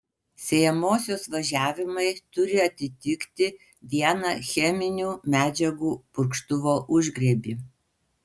sėjamosios važiavimai turi atitikti vieną cheminių medžiagų purkštuvo užgriebį